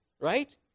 right